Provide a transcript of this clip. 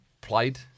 played